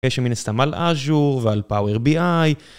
יש שם מן הסתם על אג'ור ועל פאוויר בי איי